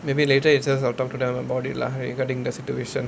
maybe later itself I will talk to them about it lah regarding the situation